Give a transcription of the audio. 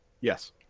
Yes